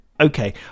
Okay